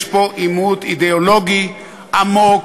יש פה עימות אידיאולוגי עמוק,